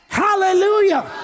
hallelujah